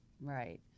right